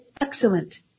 excellent